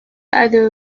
either